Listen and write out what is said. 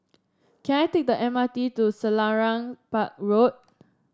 can I take the M R T to Selarang Park Road